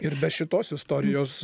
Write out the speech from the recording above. ir be šitos istorijos